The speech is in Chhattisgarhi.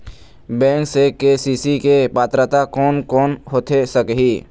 बैंक से के.सी.सी के पात्रता कोन कौन होथे सकही?